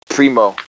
Primo